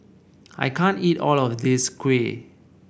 I can't eat all of this kuih